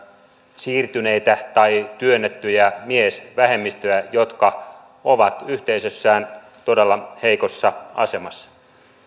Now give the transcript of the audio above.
siirtyneitä tai työnnettyjä miesvähemmistöjä jotka ovat yhteisössään todella heikossa asemassa